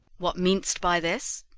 what mean'st by this?